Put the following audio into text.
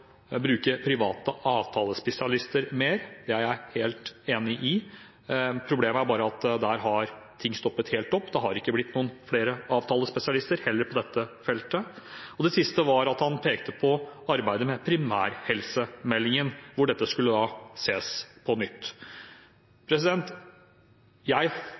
bruke private avtalespesialister mer. Det er jeg helt enig i. Problemet er bare at der har ting stoppet helt opp, det har ikke blitt noen flere avtalespesialister på dette feltet. Det siste var at han pekte på arbeidet med primærhelsemeldingen, hvor dette skulle ses på på nytt. Jeg